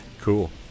Cool